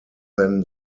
than